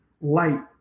light